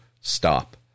stop